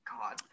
God